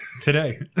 Today